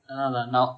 can lah now